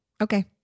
Okay